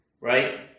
right